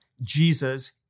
Jesus